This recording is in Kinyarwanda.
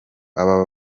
aba